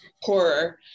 horror